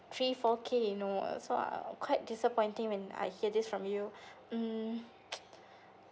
three four K you know uh so uh quite disappointing when I hear this from you mm